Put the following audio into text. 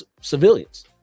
civilians